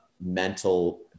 mental